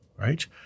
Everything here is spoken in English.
right